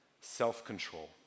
self-control